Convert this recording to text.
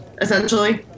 essentially